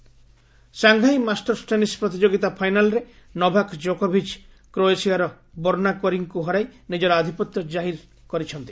tennis Shanghai Masters tennis ପ୍ରତିଯୋଗିତା ଫାଇନାଲ୍ରେ Novak ଜୋକୋଭିଚ୍ କ୍ରୋଏସିଆର ବୋର୍ଷା କୋରିକ୍ଙ୍କୁ ହରାଇ ନିଜର ଆଧିପତ୍ୟ ଜାରି ରଖିଛନ୍ତି